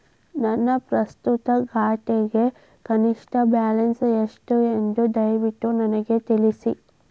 ನನ್ನ ಪ್ರಸ್ತುತ ಖಾತೆಗೆ ಕನಿಷ್ಟ ಬ್ಯಾಲೆನ್ಸ್ ಎಷ್ಟು ಎಂದು ದಯವಿಟ್ಟು ನನಗೆ ತಿಳಿಸಿ